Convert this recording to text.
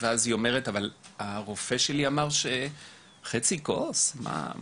ואז אישה אומרת שהרופא שלה אמר שחצי כוס זה בסדר.